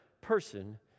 person